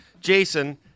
Jason